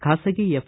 ಖಾಸಗಿ ಎಫ್